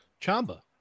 Chamba